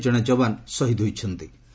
ଏଥିରେ ଜଣେ ଯବାନ୍ ଶହୀଦ୍ ହୋଇଛନ୍ତି